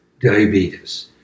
diabetes